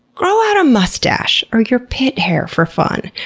grow out a moustache, or your pit hair, for fun.